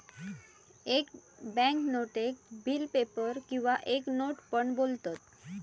एक बॅन्क नोटेक bill paper किंवा एक नोट पण बोलतत